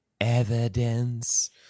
Evidence